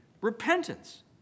repentance